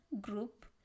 group